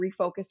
refocus